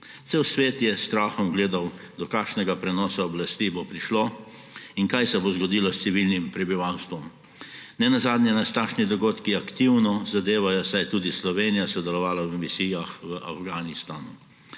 Ves svet je s strahom gledal, do kakšnega prenosa oblasti bo prišlo in kaj se bo zgodilo s civilnim prebivalstvom. Nenazadnje nas takšni dogodki aktivno zadevajo, saj je tudi Slovenija sodelovala v misijah v Afganistanu.